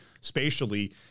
spatially –